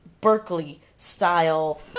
Berkeley-style